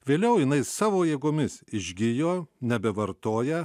vėliau jinai savo jėgomis išgijo nebevartoja